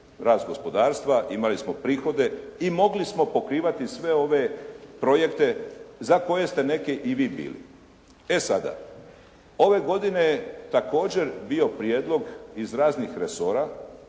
rast gospodarstva, imali smo prihode i mogli smo pokrivati sve ove projekte za koje ste neke i vi bili. E sada, ove godine je također bio prijedlog iz raznih resora